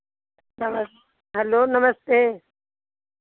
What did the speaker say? नमस हलो नमस्ते